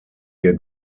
ihr